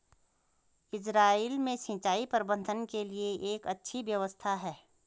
Israel में सिंचाई प्रबंधन के लिए एक अच्छी व्यवस्था है